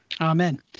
Amen